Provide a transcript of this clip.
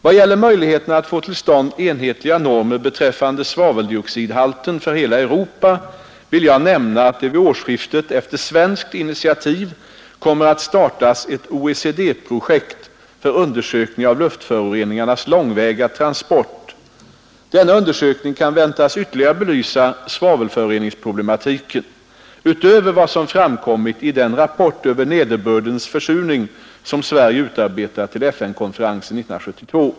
Vad gäller möjligheterna att få till stånd enhetliga normer beträffande svaveldioxidhalten för hela Europa vill jag nämna att det vid årsskiftet efter svenskt initiativ kommer att startas ett OECD projekt för undersökning av luftföroreningarnas långväga transport. Denna undersökning kan väntas ytterligare belysa svavelföroreningsproblematiken, utöver vad som framkommit i den rapport över nederbördens försurning som Sverige utarbetat till FN-konferensen 1972.